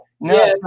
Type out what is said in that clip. no